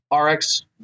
RX